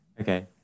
Okay